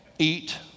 Eat